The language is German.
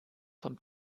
vom